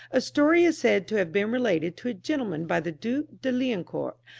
a story is said to have been related to a gentleman by the duke de liancourt,